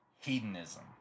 hedonism